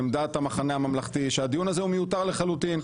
עמדת המחנה הממלכתי שהדיון הזה הוא מיותר לחלוטין,